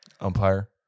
umpire